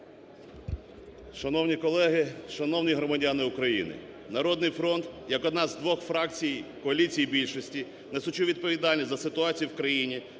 Шановні колеги, шановні громадяни України! "Народний фронт", як одна з двох фракцій коаліції більшості, несучи відповідальність за ситуацію в країні,